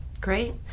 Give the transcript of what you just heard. great